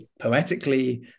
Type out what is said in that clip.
poetically